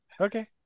Okay